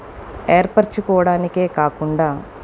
ఏర్పరచుకోవడానికే కాకుండా